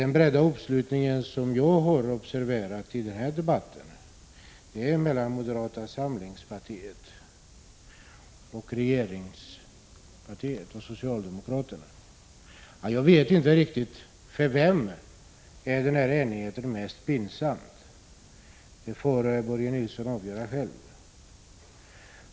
Den breda uppslutning som jag har observerat i denna debatt är mellan moderata samlingspartiet och regeringspartiet, dvs. socialdemokraterna. Jag vet inte riktigt för vem denna enighet är mest pinsam. Det får Börje Nilsson avgöra själv.